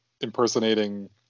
impersonating